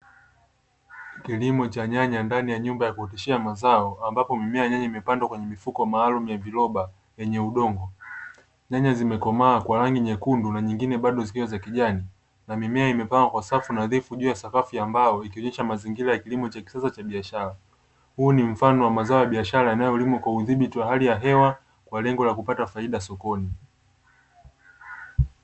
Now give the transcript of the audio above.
Kilimo cha nyanya ndani ya nyumba ya kuoteshea mazao, ambapo mimea ya nyanya imepandwa kwenye mifuko maalumu ya viroba vyenye udongo. Nyanya zimekomaa kwa rangi nyekundu na nyingine bado zikiwa za kijani na mimea imepangwa kwa safu nadhifu juu ya sakafu ya mbao ikionyesha mazingira ya kilimo cha kisasa cha biashara, huu ni mfano wa mazao ya biashara yanayolimwa kwa udhibiti wa hali ya hewa kwa lengo la kupata faida sokoni.